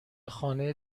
خانه